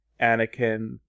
Anakin